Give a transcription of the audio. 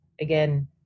again